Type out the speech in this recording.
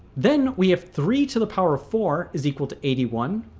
then we have three to the power of four, is equal to eighty one,